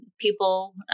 people